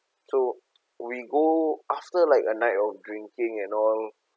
so we go after like a night of drinking and all